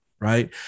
right